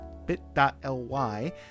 bit.ly